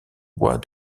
bois